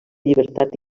llibertat